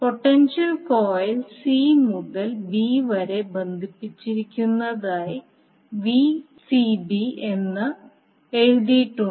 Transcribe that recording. potential coil C മുതൽ B വരെ ബന്ധിപ്പിച്ചിരിക്കുന്നതിനാൽ വിസിബി എന്ന് എഴുതിയിട്ടുണ്ട്